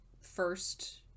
first